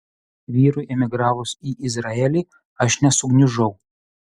vyrui emigravus į izraelį aš nesugniužau